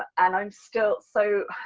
and i'm still so,